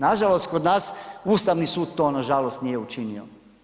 Nažalost kod nas Ustavni sud to nažalost nije učinio.